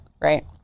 right